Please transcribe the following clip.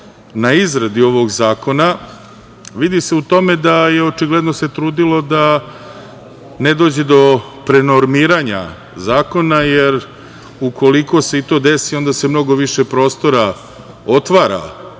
na izradi ovog zakona, vidi se u tome da se očigledno trudilo da ne dođe do prenormiranja zakona, jer, ukoliko se to desi onda se mnogo više prostora otvara